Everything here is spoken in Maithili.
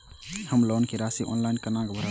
हम लोन के राशि ऑनलाइन केना भरब?